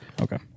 Okay